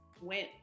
went